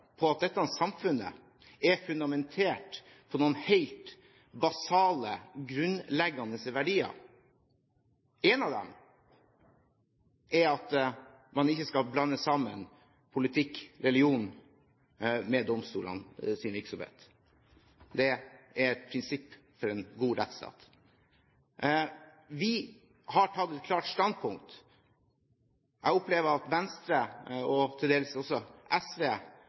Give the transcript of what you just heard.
på at dette samfunnet er fundamentert på noen helt basale, grunnleggende verdier. En av dem er at man ikke skal blande politikk og religion sammen med domstolenes virksomhet. Det er et prinsipp for en god rettsstat. Vi har tatt et klart standpunkt. Jeg opplever at Venstre, og til dels også SV,